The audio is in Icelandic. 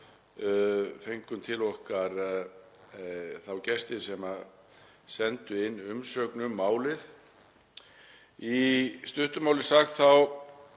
fengum við til okkar gesti sem sendu inn umsögn um málið. Í stuttu máli sagt